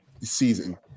season